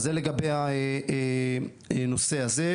אז זה לגבי הנושא הזה.